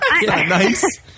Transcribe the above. Nice